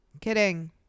kidding